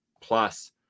plus